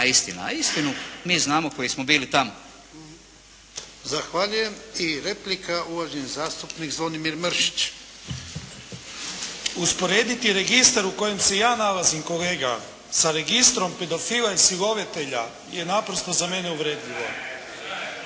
istina. A istinu mi znamo koji smo bili tamo. **Jarnjak, Ivan (HDZ)** Zahvaljujem. I replika uvaženi zastupnik Zvonimir Mršić. **Mršić, Zvonimir (SDP)** Usporediti registar u kojem se ja nalazim kolega sa registrom pedofila i silovatelja je naprosto za mene uvredljivo.